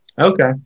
okay